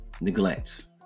Neglect